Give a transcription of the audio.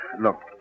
look